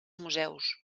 museus